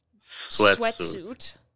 sweatsuit